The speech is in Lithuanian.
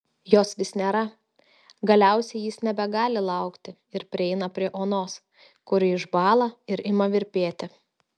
jos vis nėra galiausiai jis nebegali laukti ir prieina prie onos kuri išbąla ir ima virpėti